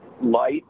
Light